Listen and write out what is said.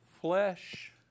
flesh